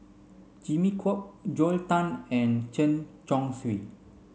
Jimmy Chok Joel Tan and Chen Chong Swee